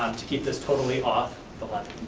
to keep this totally off the left,